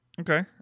Okay